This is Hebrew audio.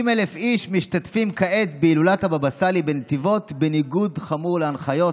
30,000 איש משתתפים כעת בהילולת הבבא סאלי בנתיבות בניגוד חמור להנחיות,